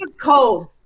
cold